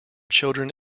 children